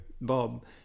Bob